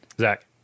Zach